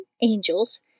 angels